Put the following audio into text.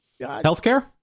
Healthcare